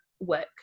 work